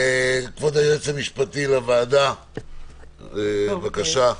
כבוד היועץ המשפטי לוועדה, בבקשה.